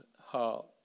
heart